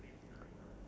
ya